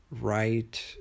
right